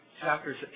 chapters